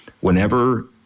whenever